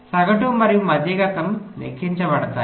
సగటు మరియు మధ్యగతం లెక్కించబడతాయి